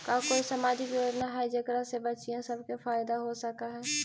का कोई सामाजिक योजना हई जेकरा से बच्चियाँ सब के फायदा हो सक हई?